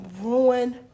ruin